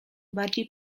bardziej